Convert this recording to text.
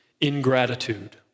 ingratitude